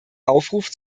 aufruf